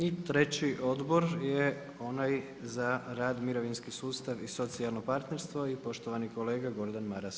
I treći Odbor je onaj za rad, mirovinski sustav i socijalno partnerstvo i poštovani kolega Gordan Maras.